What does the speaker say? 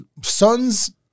Son's